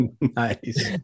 nice